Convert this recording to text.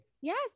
yes